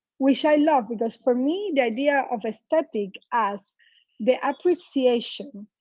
which i love. because for me the idea of aesthetic as the appreciation,